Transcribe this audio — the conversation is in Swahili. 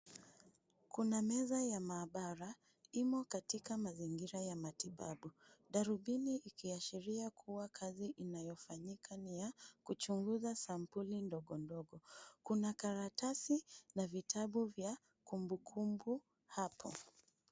Kuna meza ya maabara imo katika mazingira ya matibabu. Darubini ikiashiria kua kazi inayo fanyika ni ya kuchunguza sampuli ndogo ndogo. Kuna karatasi na vitabu vya kumbuku kumbu hapo.